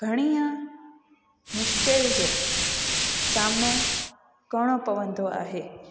घणीअ मुश्किल जो सामनो करिणो पवंदो आहे